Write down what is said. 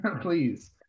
please